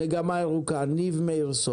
ניב מאירסון, מגמה ירוקה, בבקשה.